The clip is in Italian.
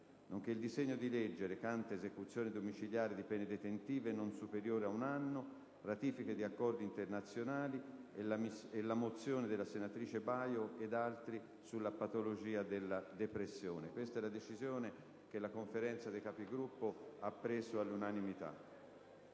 nonché il disegno di legge recante esecuzione domiciliare di pene detentive non superiori a un anno, ratifiche di accordi internazionali e la mozione Baio ed altri sulla patologia della depressione. Queste le decisioni che la Conferenza dei Capigruppo ha assunto all'unanimità.